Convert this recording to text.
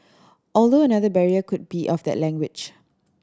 although another barrier could be of that language